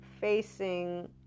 facing